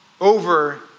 over